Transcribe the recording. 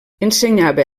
ensenyava